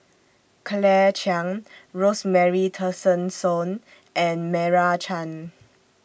Claire Chiang Rosemary Tessensohn and Meira Chand